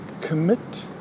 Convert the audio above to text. commit